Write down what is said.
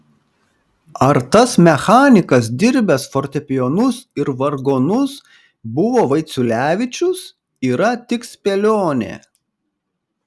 ar tas mechanikas dirbęs fortepijonus ir vargonus buvo vaiciulevičius yra tik spėlionė